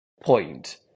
point